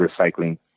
recycling